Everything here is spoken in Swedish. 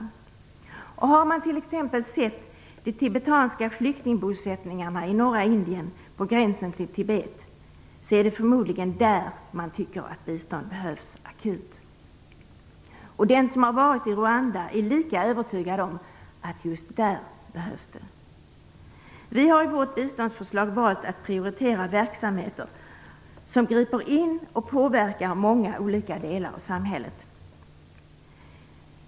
Har man t.ex. sett de tibetanska flyktingbosättningarna i norra Indien på gränsen till Tibet, tycker man förmodligen att det är där bistånd behövs akut. Den som har varit i Rwanda är lika övertygad om att just där behövs det. Vi har i vårt biståndsförslag valt att prioritera verksamheter som griper in och påverkar många olika delar av samhället.